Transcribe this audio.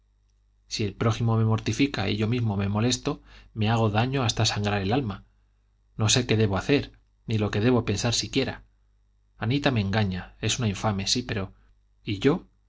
sí el prójimo me mortifica y yo mismo me molesto me hago daño hasta sangrar el alma no sé lo que debo hacer ni lo que debo pensar siquiera anita me engaña es una infame sí pero y yo